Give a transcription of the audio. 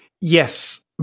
Yes